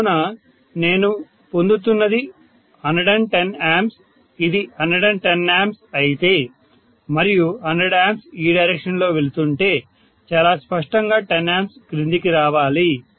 కావున నేను పొందుతున్నది 110 A ఇది 110 A అయితే మరియు 100 A ఈ డైరెక్షన్ లో వెళుతుంటే చాలా స్పష్టంగా 10 A క్రిందికి రావాలి